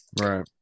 right